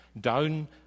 down